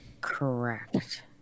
correct